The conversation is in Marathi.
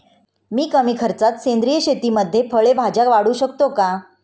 मी कमी खर्चात सेंद्रिय शेतीमध्ये फळे भाज्या वाढवू शकतो का?